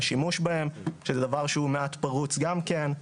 השימוש בהם - שזה דבר שהוא מעט פרוץ גם כן.